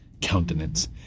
countenance